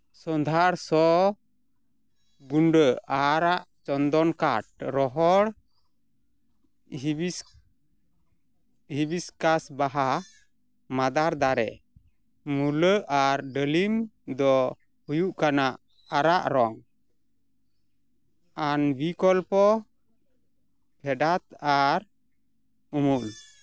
ᱥᱚᱸᱫᱷᱟᱲ ᱥᱚ ᱜᱩᱰᱟᱹ ᱟᱨᱟᱜ ᱪᱚᱱᱫᱚᱱ ᱠᱟᱴ ᱨᱚᱦᱚᱲ ᱦᱤᱵᱤᱥ ᱦᱤᱵᱤᱥᱠᱟᱥ ᱵᱟᱦᱟ ᱢᱟᱸᱫᱟᱨ ᱫᱟᱨᱮ ᱢᱩᱞᱟᱹ ᱟᱨ ᱰᱟᱹᱞᱤᱢ ᱫᱚ ᱦᱩᱭᱩᱜ ᱠᱟᱱᱟ ᱨᱟᱨᱟᱜ ᱨᱚᱝ ᱟᱱ ᱵᱤᱠᱚᱞᱯᱚ ᱯᱷᱮᱰᱟᱛ ᱟᱨ ᱩᱢᱩᱞ